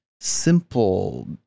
simple